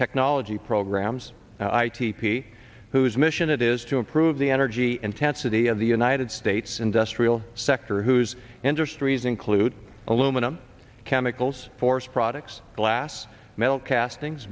technology programs i t p whose mission it is to improve the energy intensity of the united states industrial sector whose industries include aluminum chemicals forest products glass metal castings